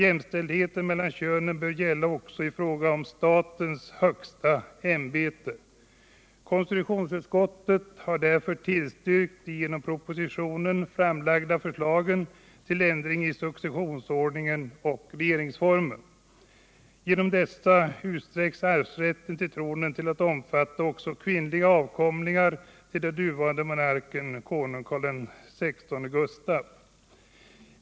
Jämställdheten mellan könen bör gälla också i fråga om statens högsta ämbete. Konstitutionsutskottet har därför tillstyrkt de genom propositionen framlagda förslagen till ändring i successionsordningen och regeringsformen. Genom dessa utsträcks arvsrätten till tronen till att omfatta också kvinnliga avkomlingar till den nuvarande monarken, konung Carl XVI Gustaf.